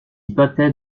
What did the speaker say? battait